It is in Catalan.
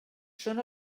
són